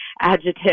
adjective